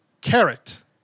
Carrot